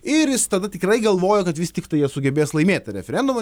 ir jis tada tikrai galvojo kad vis tiktai jie sugebės laimėt tą referendumą